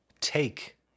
take